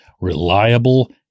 reliable